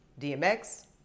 DMX